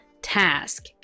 task